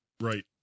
Right